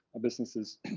businesses